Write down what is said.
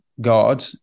God